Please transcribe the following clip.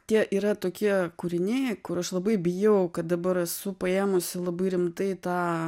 tie yra tokie kūriniai kur aš labai bijau kad dabar esu paėmusi labai rimtai tą